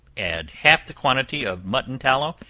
add half the quantity of mutton tallow,